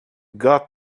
got